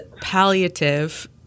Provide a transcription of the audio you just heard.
palliative